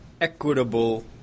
equitable